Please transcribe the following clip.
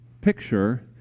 picture